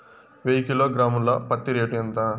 వెయ్యి కిలోగ్రాము ల పత్తి రేటు ఎంత?